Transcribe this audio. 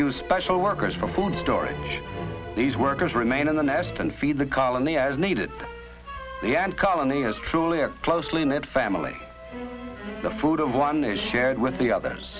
use special workers for food storage these workers remain in the nest and feed the colony as needed the ant colony is truly a closely knit family the food of one a shared with the others